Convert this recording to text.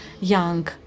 young